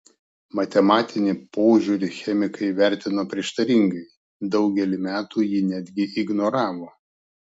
matematinį požiūrį chemikai vertino prieštaringai daugelį metų jį netgi ignoravo